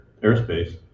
airspace